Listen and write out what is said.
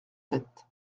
sept